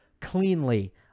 cleanly